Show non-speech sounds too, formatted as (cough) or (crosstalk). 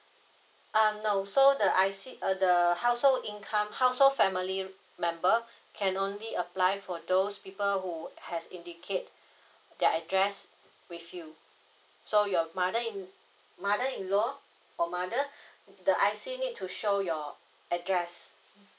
um no so the I_C uh the household income household family member can only apply for those people who has indicate their address with you so your mother in mother in law or mother (breath) the I_C need to show your address